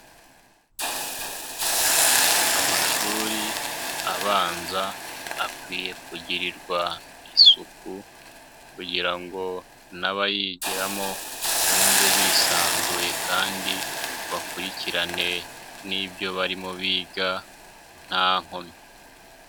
Amashuri abanza, akwiye kugirirwa isuku kugira ngo n'abayigiramo bumve bisanzuye kandi bakurikirane n'ibyo barimo biga, nta nkomyi.